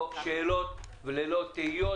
ללא שאלות וללא תהיות,